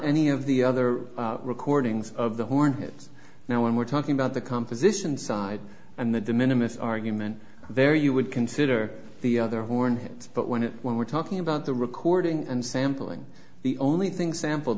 any of the other recordings of the hornet now when we're talking about the composition side and the de minimus argument there you would consider the other horn but when it when we're talking about the recording and sampling the only thing sampled